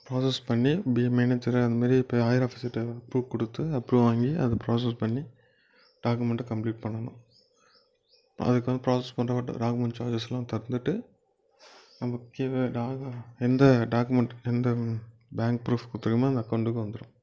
process பண்ணி பி manager அந்த மாதிரி இப்போ ஹயர் ஆஃபீஸர்ட்ட ப்ரூஃப் கொடுத்து அப்ரூ வாங்கி அதை ப்ராஸஸ் பண்ணி டாக்குமெண்ட்டை கம்ப்ளீட் பண்ணணும் அதுக்கு வந்து ப்ராஸஸ் பண்ணுறதுக்கு டாக்குமெண்ட் சார்ஜஸுலாம் தந்துவிட்டு முக்கியமாக இந்த ஆதார் எந்த டாக்குமெண்ட் எந்த பேங்க் ப்ரூஃப் குடுத்துருக்கோமோ அந்த அக்கௌண்ட்டுக்கு வந்துடும்